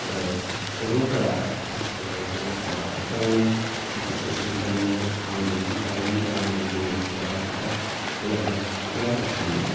ओ सुबुंफोरा आथिखालाव बे आबाद फोथारावनो माखासे सुबुंफ्रा न' बां लुनानै थाहैनायनि जाहोनाव जोंनि जे आबाद फोथार बे आबाद फोथारफोरा लासैनो